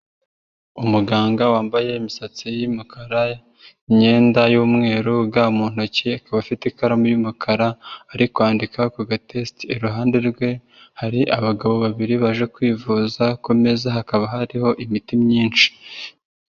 Umuganga wambaye imisatsi y'umukara, imyenda y'umweru, ga mu ntoki, akaba afite ikaramu y'umukara, ari kwandika ku gatesite, iruhande rwe hari abagabo babiri baje kwivuza, kumeza hakaba hariho imiti myinshi.